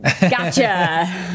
Gotcha